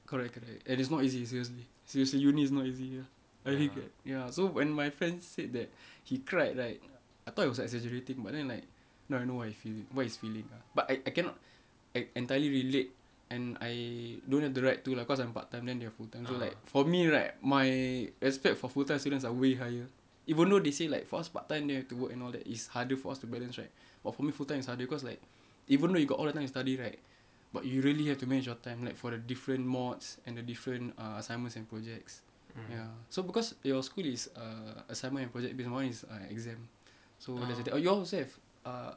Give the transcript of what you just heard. correct correct and it's not easy seriously seriously uni is not easy already get ya so when my friend said that he cried right I thought it was exaggerating but then like now I know what he feel what he's feeling but I I cannot en~ entirely relate and I don't have the right to lah cause I'm part time then they're full time so like for me right my expect for full time students are way higher even though they say like for us part time then have to work and all that is harder for us to balance right oh for me full time is harder cause like even though you got all the time to study right but you really have to manage your time like for the different modes and the different ah assignments and projects ya so because your school is uh assignment and project based my [one] is ah exam so that's the thing you all also have err